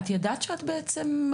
את ידעת שאת מגורשת,